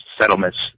settlements